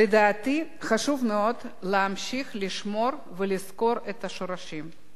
לדעתי, חשוב מאוד להמשיך לשמור ולזכור את השורשים.